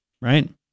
right